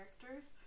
Characters